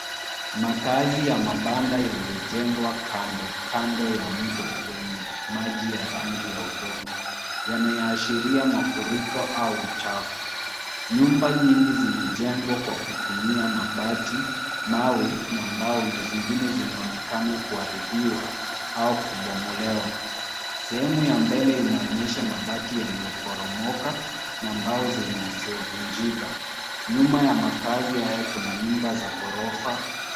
Makazi ya mabanda yaliyojengwa kandokando ya mto wenye maji ya rangi ya udongo yanayoashiria mafuriko au uchafu. Nyumba nyingi zimejengwa kwa kutumia mabati mawe na mbao, na zingine zinaonekana kuharibiwa au kubomolewa. Sehemu ya mbele inaonyesha mabati yalioporomoka na mbao zilizovunjika. Nyuma ya makazi haya kuna nyumba za ghorofa.